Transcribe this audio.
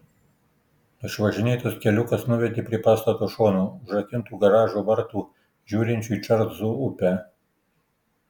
išvažinėtas keliukas nuvedė prie pastato šono užrakintų garažo vartų žiūrinčių į čarlzo upę